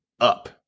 up